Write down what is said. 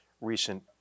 recent